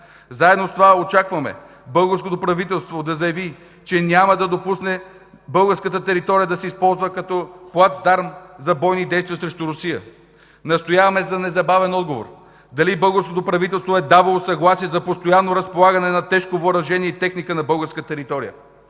Заедно с това очакваме българското правителство да заяви, че няма да допусне българската територия да се използва като плацдарм за бойни действия срещу Русия. Настояваме за незабавен отговор дали българското правителство е давало съгласие за постоянно разполагане не тежко въоръжение и техника на българска територия.